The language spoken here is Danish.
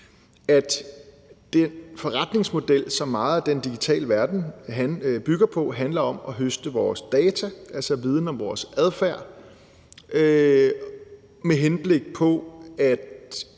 at den forretningsmodel, som meget af den digitale verden bygger på, handler om at høste vores data, altså viden om vores adfærd, med henblik på at